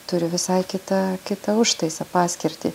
turi visai kitą kitą užtaisą paskirtį